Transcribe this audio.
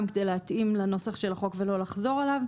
כדי להתאים לנוסח של החוק ולא לחזור עליו.